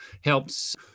helps